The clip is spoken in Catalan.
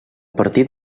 partir